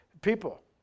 people